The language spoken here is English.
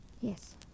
Yes